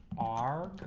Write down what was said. are